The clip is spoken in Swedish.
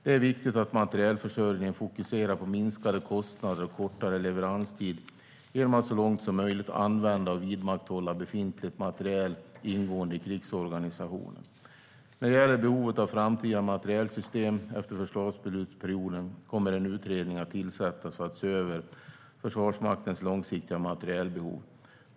Det är viktigt att materielförsörjningen fokuserar på minskade kostnader och kortare leveranstid genom att så långt som möjligt använda och vidmakthålla befintlig materiel ingående i krigsorganisationen. När det gäller behovet av framtida materielsystem, efter försvarsbeslutsperioden, kommer en utredning att tillsättas för att se över Försvarsmaktens långsiktiga materielbehov.